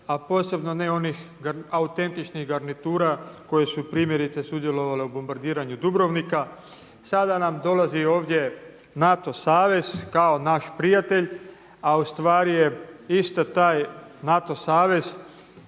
a posebno ne onih autentičnih garnitura koje su primjerice sudjelovale u bombardiranju Dubrovnika. Sada nam dolazi ovdje NATO savez kao naš prijatelj, a u stvari je isto taj NATO savez